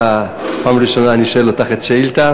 זו הפעם הראשונה שאני שואל אותך שאילתה.